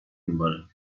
میبارد